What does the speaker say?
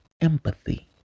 empathy